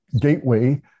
gateway